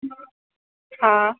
हा